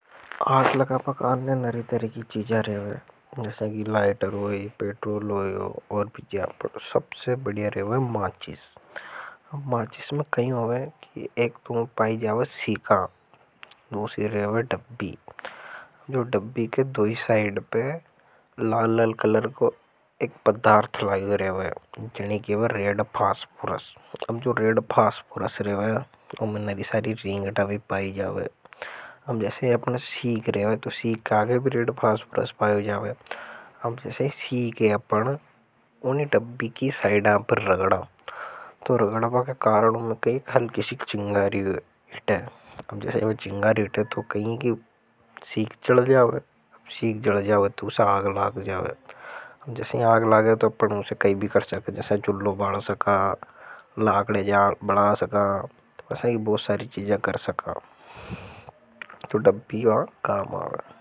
आग़ लगाबा काने नरीतरी की चीज़ा रेवे जैसा कि लाइटर हुए पेट्रोल हुए। और बिजापर सबसे बढ़िया रेवे मांचिस। मांचिस में कहीं हुए। कि एक तुम पाई जाओ सीका दूसरी रहे हुए डब्बी जो डब्बी के दो ही साइड पे लाल लल कलर को एक पद्धार्थ लगयों रेवे। जैनी केवे रेड फास्पुरस अब जो रेड फास्पुरस रहे हुए उमने नरी सारी रिंग टावी पाईजावे अब जसा ही शिक हे उन डब्बी की साइड रगड़ा। तो रगडबा के कारणों में कई हल्की सीक चिंगारी हिट है अब जैसे यह चिंगारी हिट है। तो कहीं कि सीक चल जाओ है सीक जल जाओ है तो उसे आग लाग जाओ है। अब जैसे ही आग लाग है तो अपनों से कई भी कर सके जैसे चुलो बाल सका लकड़ियां जला सकाआसा की बहुत सारी चीजा कर सका तो डब्बी वा काम आवे।